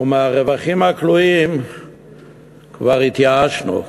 ומהרווחים הכלואים כבר התייאשנו.